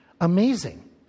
Amazing